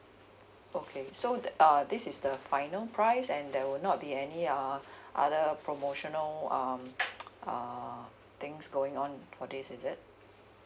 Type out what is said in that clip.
okay so uh this is the final price and there will not be any um other promotional um uh things going on for this is it